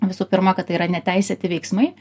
visų pirma kad tai yra neteisėti veiksmai